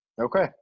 okay